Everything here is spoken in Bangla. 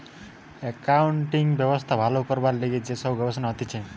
একাউন্টিং ব্যবস্থা ভালো করবার লিগে যে সব গবেষণা হতিছে